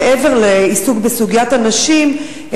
מעבר לעיסוק בסוגיית הנשים,